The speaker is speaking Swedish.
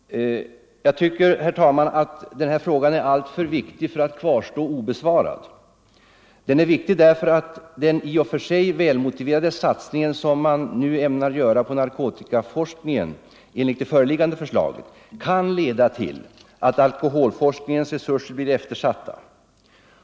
Jag tycker, herr talman, att denna fråga är alltför viktig för att kvarstå obesvarad. Den är viktig därför att den i och för sig välmotiverade satsning som man nu ämnar göra på narkotikaforskningen enligt det föreliggande förslaget kan leda till att alkoholforskningens resurser blir eftersatta.